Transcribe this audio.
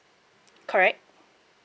correct